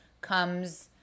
comes